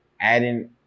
adding